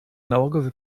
nałogowy